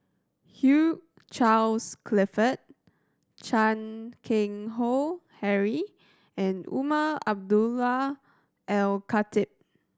Hugh Charles Clifford Chan Keng Howe Harry and Umar Abdullah Al Khatib